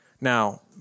Now